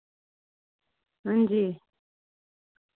हांजी